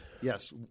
yes